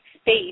space